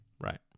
right